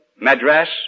Madras